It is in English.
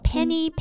Penny